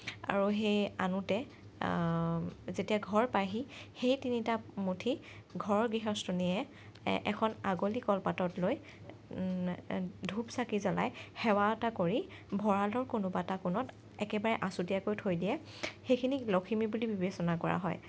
আৰু সেই আনোতে যেতিয়া ঘৰ পায়হি সেই তিনিটা মুঠি ঘৰৰ গৃহস্থনীয়ে এখন আগলি কলপাতত লৈ ধূপ চাকি জ্বলাই সেৱা এটা কৰি ভঁৰালৰ কোনোবা এটা কোণত একেবাৰে আচুতীয়াকৈ থৈ দিয়ে সেইখিনিক লখিমী বুলি বিবেচনা কৰা হয়